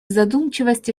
задумчивости